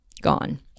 gone